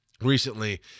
recently